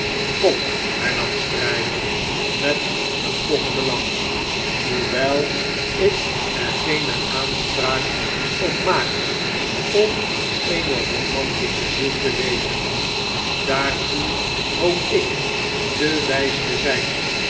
kom hernam stryver met eenpochenden lach hoewel ik er geene aanspraak op maak om eene romantische ziel te wezen daartoe hoop ik te wjjs te zp